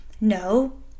No